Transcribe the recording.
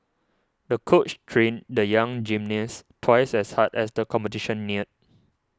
the coach trained the young gymnast twice as hard as the competition neared